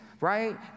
right